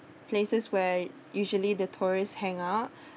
places where usually the tourists hang out